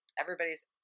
everybody's